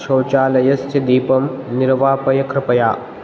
शौचालयस्य दीपं निर्वापय कृपया